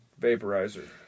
vaporizer